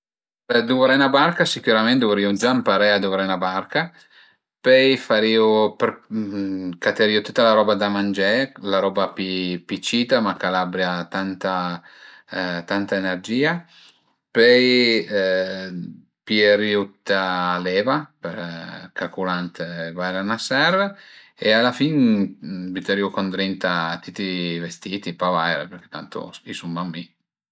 Për duvré 'na barca sicürament duvrìu gia ëmparé a duvré 'na barca, pöi farìu catarìu tüta la roba da mangé, la roba pi pi cita, ma ch'al abia tanta tanta energìa, pöi pierìu tüta l'eva për calculant vaire a ën serv e a la fin büterìu co ëndrinta tüti i vestiti, pa vaire, tantu i sun mach mi